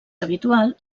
habitual